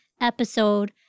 episode